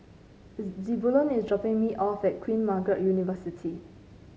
Zebulon is dropping me off at Queen Margaret University